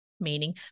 meaning